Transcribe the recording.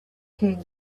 king